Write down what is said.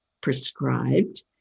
prescribed